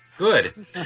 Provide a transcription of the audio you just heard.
Good